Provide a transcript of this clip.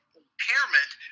impairment